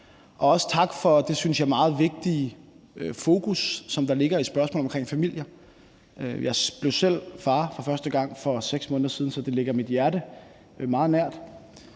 Også tak for det, synes jeg, meget vigtige fokus, som der ligger i spørgsmålet omkring familier. Jeg blev selv far for første gang for 6 måneder siden, så det ligger mit hjerte meget nær,